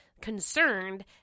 concerned